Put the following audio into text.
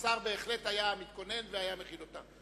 והשר בהחלט היה מתכונן והיה מכין תשובה עליה.